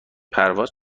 پرواز